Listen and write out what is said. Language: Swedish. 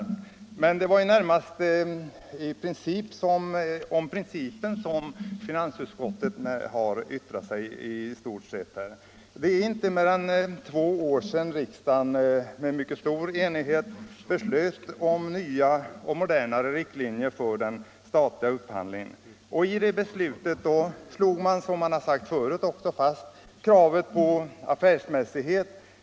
Men det är närmast om principen som finansutskottet i stort sett har uttalat sig. Det är inte mer än två år sedan riksdagen i stor enighet beslöt om nya och modernare riktlinjer för den statliga upphandlingen. I detta beslut slog man, som förut har påpekats, fast kravet på affärsmässighet.